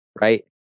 right